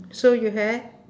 so you had